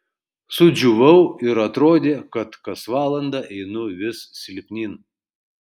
sudžiūvau ir atrodė kad kas valandą einu vis silpnyn